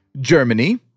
Germany